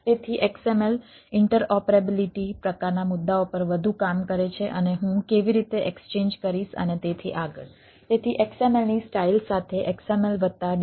તેથી XML interoperability પ્રકારના મુદ્દાઓ પર વધુ કામ કરે છે અને હું કેવી રીતે એક્સચેન્જ કરીશ અને તેથી આગળ